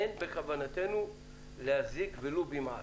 אין בכוונתנו להזיק ולו במעט.